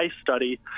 study